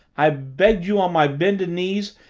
i begged you on my bended knees.